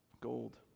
Gold